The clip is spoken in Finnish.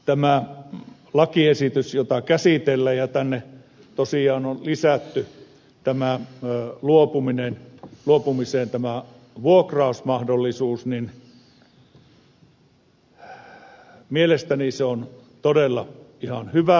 nyt sitten tähän lakiesitykseen jota käsitellään tosiaan on lisätty luopumiseen tämä vuokrausmahdollisuus ja mielestäni se on todella ihan hyvä asia